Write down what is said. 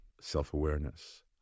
self-awareness